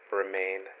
remain